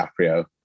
DiCaprio